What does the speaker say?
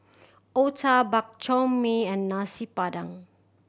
otah Bak Chor Mee and Nasi Padang